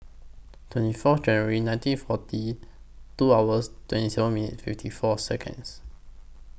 twenty Fourth January nineteen forty two hours twenty seven minutes fifty four Seconds